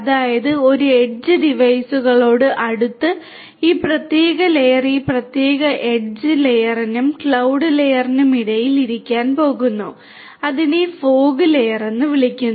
അതായത് ഈ എഡ്ജ് ഡിവൈസുകളോട് അടുത്ത് ഈ പ്രത്യേക ലെയർ ഈ പ്രത്യേക എഡ്ജ് ലെയറിനും ക്ലൌഡ് ലെയറിനും ഇടയിൽ ഇരിക്കാൻ പോകുന്നു അതിനെ ഫോഗ് ലെയർ എന്ന് വിളിക്കുന്നു